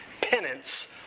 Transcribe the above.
penance